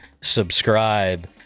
subscribe